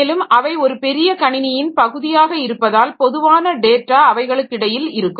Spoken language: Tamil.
மேலும் அவை ஒரு பெரிய கணினியின் பகுதியாக இருப்பதால் பொதுவான டேட்டா அவைகளுக்கிடையில் இருக்கும்